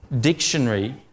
Dictionary